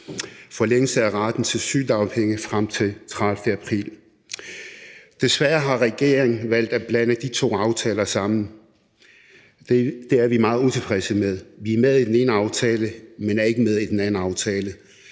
forlængelse af retten til sygedagpenge frem til den 30. april. Desværre har regeringen valgt at blande de to aftaler sammen. Det er vi meget utilfredse med. Vi er med i den ene aftale, men er ikke med i den anden aftale,